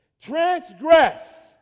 transgress